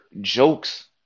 jokes